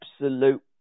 absolute